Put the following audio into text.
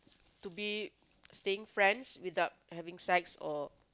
to be staying friends without having sex or